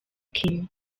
kim